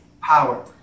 power